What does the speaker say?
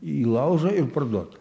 į laužą ir parduot